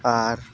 ᱟᱨ